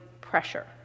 pressure